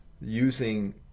using